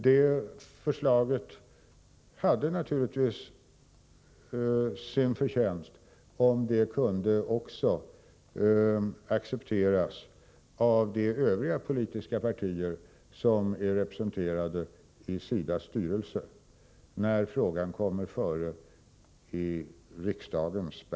Det vore naturligtvis bra om förslaget när det behandlas i riksdagen, kunde accepteras också av de övriga politiska partier som är representerade i SIDA:s styrelse.